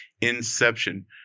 Inception